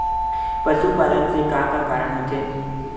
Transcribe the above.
पशुपालन से का का कारण होथे?